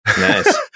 nice